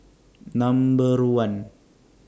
Number one